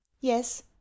yes